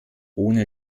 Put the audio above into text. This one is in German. ohne